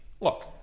look